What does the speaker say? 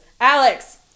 Alex